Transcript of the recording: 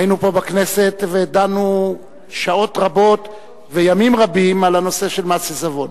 היינו פה בכנסת ודנו פה שעות רבות וימים רבים על הנושא של מס עיזבון.